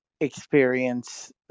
experience